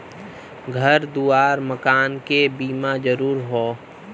घर दुआर मकान के बीमा जरूरी हौ